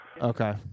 Okay